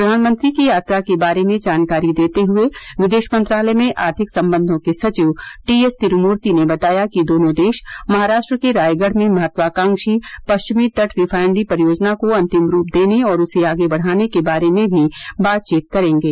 प्रधानमंत्री की यात्रा के बारे में जानकारी देते हुए विदेश मंत्रालय में आर्थिक सम्बधों के सचिव टीएस तिरुमूर्ति ने बताया कि दोनों देश महाराष्ट्र के रायगढ़ में महत्वाकांक्षी परिचमी तट रिफायनरी परियोजना को अंतिम रूप देने और उसे आगे बढ़ाने के बारे में भी बातचीत करेंगे